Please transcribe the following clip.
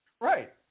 Right